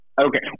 Okay